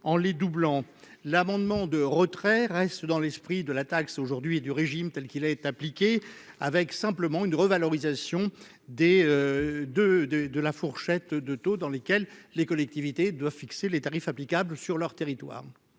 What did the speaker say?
en les doublant l'amendement de retrait reste dans l'esprit de la taxe aujourd'hui du régime telle qu'il est appliqué, avec simplement une revalorisation des de, de, de la fourchette de taux dans lesquelles les collectivités doivent fixer les tarifs applicables sur leur territoire.